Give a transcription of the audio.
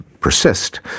persist